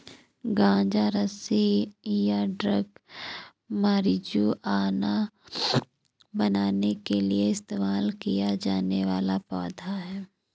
गांजा रस्सी या ड्रग मारिजुआना बनाने के लिए इस्तेमाल किया जाने वाला पौधा है